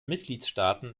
mitgliedstaaten